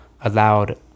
allowed